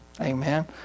Amen